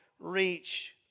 reach